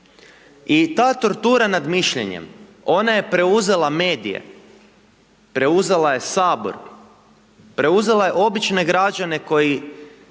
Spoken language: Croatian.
I ta tortura nad mišljenjem, ona je preuzela medije, preuzela je Sabor, preuzela je obične građane koji